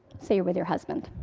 say you're with your husband.